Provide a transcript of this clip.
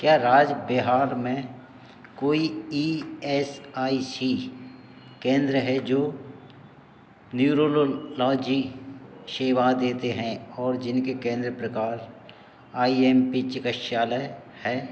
क्या राज्य बिहार में कोई ई एस आई सी केंद्र है जो न्यूरोलोलॉजी सेवा देते हैं और जिनके केंद्र प्रकार आई एम पी चिकित्सालय हैं